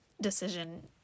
decision